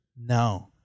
No